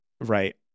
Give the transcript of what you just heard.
Right